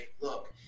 look